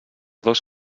dos